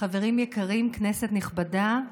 חברים יקרים, כנסת נכבדה,